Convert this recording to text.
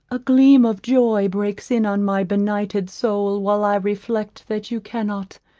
a gleam of joy breaks in on my benighted soul while i reflect that you cannot,